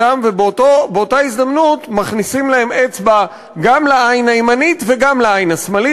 ובאותה הזדמנות מכניסים להם אצבע גם לעין הימנית וגם לעין השמאלית,